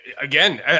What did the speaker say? again